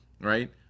right